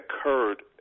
occurred